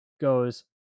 goes